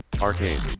Arcade